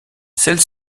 celle